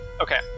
Okay